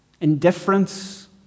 Indifference